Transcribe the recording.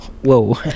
Whoa